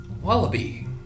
Wallaby